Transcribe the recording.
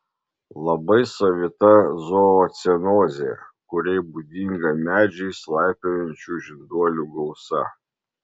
labai savita zoocenozė kuriai būdinga medžiais laipiojančių žinduolių gausa